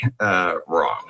wrong